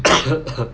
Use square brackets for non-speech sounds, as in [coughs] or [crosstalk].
[coughs]